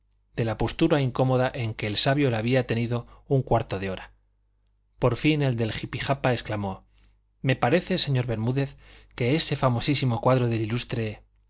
de la postura incómoda en que el sabio le había tenido un cuarto de hora por fin el del jipijapa exclamó me parece señor bermúdez que ese famosísimo cuadro del ilustre